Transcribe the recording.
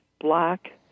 black